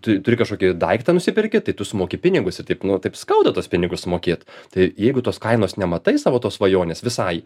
tu turi kažkokį daiktą nusiperki tai tu sumoki pinigus taip nu taip skauda tuos pinius mokėt tai jeigu tos kainos nematai savo tos svajonės visai